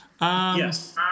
Yes